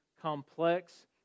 complex